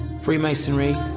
Freemasonry